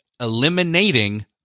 eliminating